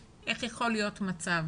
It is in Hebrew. איך יכול להיות מצב